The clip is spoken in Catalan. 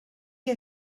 que